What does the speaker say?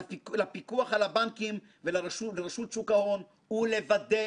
5) יש לתת לרגולטורים את היכולת להטיל סנקציות משמעותיות.